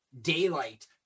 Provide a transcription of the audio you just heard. daylight